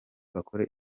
bakore